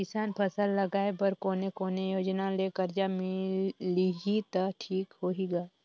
किसान फसल लगाय बर कोने कोने योजना ले कर्जा लिही त ठीक होही ग?